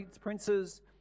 princes